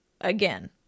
Again